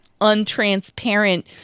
untransparent